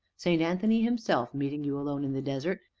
st. anthony himself, meeting you alone in the desert,